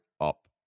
up